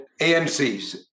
AMCs